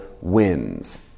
wins